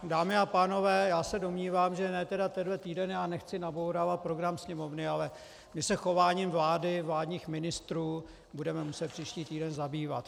Dámy a pánové, já se domnívám, že ne tedy tenhle týden, nechci nabourávat program Sněmovny, ale my se chováním vlády, vládních ministrů budeme muset příští týden zabývat.